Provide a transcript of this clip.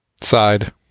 Side